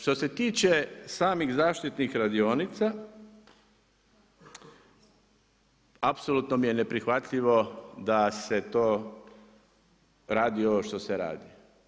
Što se tiče samih zaštitih radionica, apsolutno mi je neprihvatljivo, da se to radi ovo što se radi.